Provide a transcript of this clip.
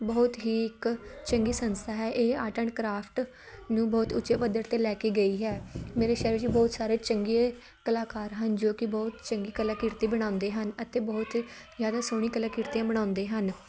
ਬਹੁਤ ਹੀ ਇੱਕ ਚੰਗੀ ਸੰਸਥਾ ਹੈ ਇਹ ਆਰਟ ਐਂਡ ਕ੍ਰਾਫਟ ਨੂੰ ਬਹੁਤ ਉੱਚੇ ਪੱਧਰ 'ਤੇ ਲੈ ਕੇ ਗਈ ਹੈ ਮੇਰੇ ਸ਼ਹਿਰ ਵਿੱਚ ਬਹੁਤ ਸਾਰੇ ਚੰਗੇ ਕਲਾਕਾਰ ਹਨ ਜੋ ਕਿ ਬਹੁਤ ਚੰਗੀ ਕਲਾਕ੍ਰਿਤੀ ਬਣਾਉਂਦੇ ਹਨ ਅਤੇ ਬਹੁਤ ਜ਼ਿਆਦਾ ਸੋਹਣੀ ਕਲਾਕ੍ਰਿਤੀਆਂ ਬਣਾਉਂਦੇ ਹਨ